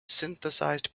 synthesized